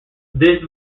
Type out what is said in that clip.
this